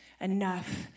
enough